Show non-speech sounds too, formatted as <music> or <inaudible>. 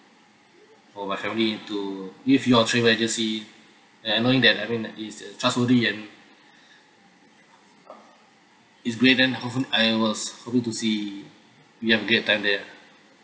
for my family to give your travel agency and knowing that I mean it's a trustworthy and <breath> it's <laughs> I was hoping to see we'll have a great time there